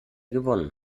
gewonnen